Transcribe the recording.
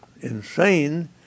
insane